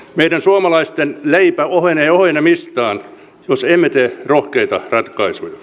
meidän suomalaisten leipä ohenee ohenemistaan jos emme tee rohkeita ratkaisuja